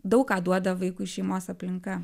daug ką duoda vaikui šeimos aplinka